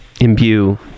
imbue